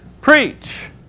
preach